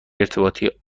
ارتباطی